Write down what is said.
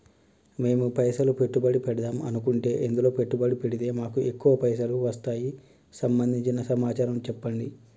మేము పైసలు పెట్టుబడి పెడదాం అనుకుంటే ఎందులో పెట్టుబడి పెడితే మాకు ఎక్కువ పైసలు వస్తాయి సంబంధించిన సమాచారం చెప్పండి?